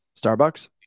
Starbucks